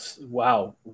Wow